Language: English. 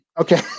Okay